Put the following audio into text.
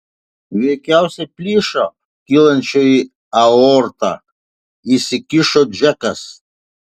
veikiausiai plyšo kylančioji aorta įsikišo džekas